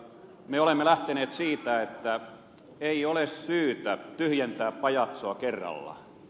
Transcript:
me olemme lähteneet siitä että ei ole syytä tyhjentää pajatsoa kerralla